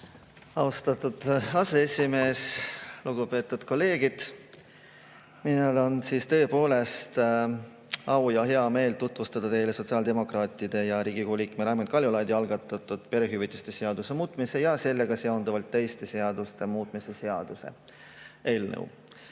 Austatud aseesimees! Lugupeetud kolleegid! On tõepoolest au ja hea meel tutvustada teile sotsiaaldemokraatide ja Riigikogu liikme Raimond Kaljulaidi algatatud perehüvitiste seaduse muutmise ja sellega seonduvalt teiste seaduste muutmise seaduse eelnõu.